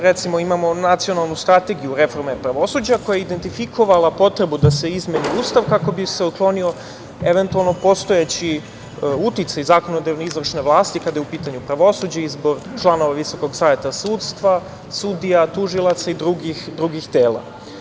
Recimo, imamo nacionalnu strategiju reforme pravosuđa koja je identifikovala potrebu da se izmeni Ustav kako bi se uklonio eventualno postojeći uticaj zakonodavne izvršne vlasti kada je u pitanju pravosuđe, izbor članova Visokog saveta sudstva, sudija, tužilaca i drugih tela.